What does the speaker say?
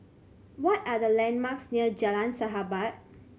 what are the landmarks near Jalan Sahabat